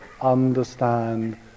understand